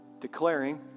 Declaring